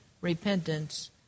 repentance